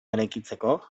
eraikitzeko